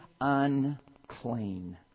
unclean